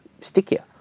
Stickier